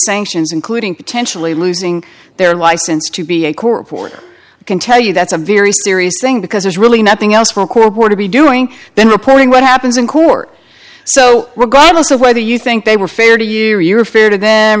sanctions including potentially losing their license to be a corp order i can tell you that's a very serious thing because there's really nothing else for a court to be doing then reporting what happens in court so regardless of whether you think they were fair to you or you're fair to the